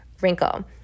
wrinkle